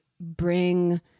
bring